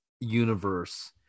universe